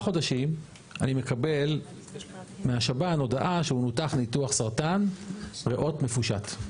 חודשים אני מקבל מהשב"ן הודעה שהוא נותח ניתוח סרטן ריאות מפושט.